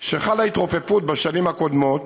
שחלה התרופפות בשנים הקודמות.